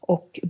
Och